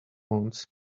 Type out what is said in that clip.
loans